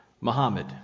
Muhammad